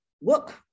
work